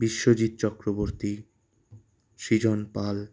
Biswajit Chakraborty Srijan Pal